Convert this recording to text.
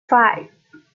five